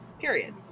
period